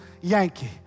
Yankee